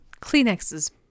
Kleenexes